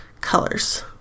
colors